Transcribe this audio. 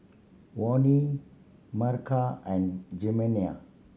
Vonnie Mercer and Jimena